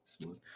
Smooth